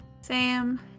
Sam